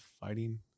fighting